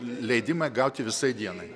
leidimai gauti visai dienai